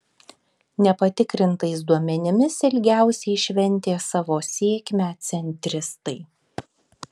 nepatikrintais duomenimis ilgiausiai šventė savo sėkmę centristai